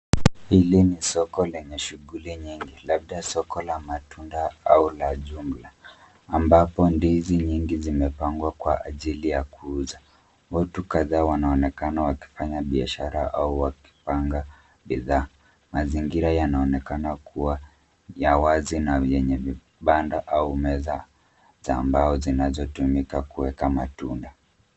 Hili ni soko lenye shughuli nyingi, labda soko la matunda au la jumla, ambapo ndizi nyingi zimepangwa kwa ajili ya kuuza. Watu kadhaa wanaonekana wakifanya biashara au wakipanga bidhaa. Mazingira yanaonekana kua ya wazi na yenye vibanda au meza za mbao zinazotumika kueka matunda.